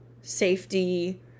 safety